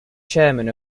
chairman